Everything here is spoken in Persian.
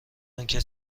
آنکه